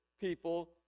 people